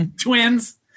twins